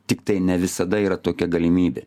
tiktai ne visada yra tokia galimybė